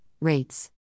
rates